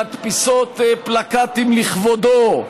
מדפיסות פלקטים לכבודו,